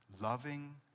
loving